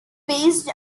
based